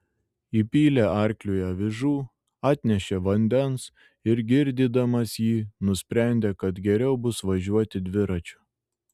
įpylė arkliui avižų atnešė vandens ir girdydamas jį nusprendė kad geriau bus važiuoti dviračiu